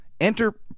Enter